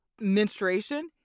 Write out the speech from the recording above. menstruation